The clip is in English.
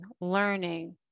learning